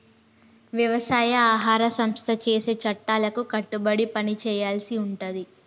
వ్యవసాయ ఆహార సంస్థ చేసే చట్టాలకు కట్టుబడి పని చేయాల్సి ఉంటది